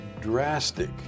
drastic